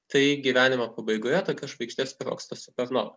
tai gyvenimo pabaigoje tokia žvaigždė sprogsta supernova